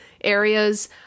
areas